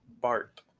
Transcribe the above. Bart